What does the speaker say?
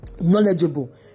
knowledgeable